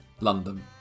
London